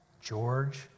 George